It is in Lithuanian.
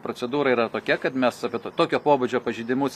procedūra yra tokia kad mes apie to tokio pobūdžio pažeidimus